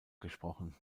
gesprochen